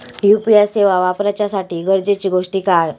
UPI सेवा वापराच्यासाठी गरजेचे गोष्टी काय?